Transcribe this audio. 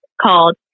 called